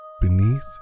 Beneath